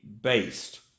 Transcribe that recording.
based